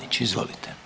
Izvolite.